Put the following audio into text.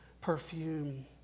perfume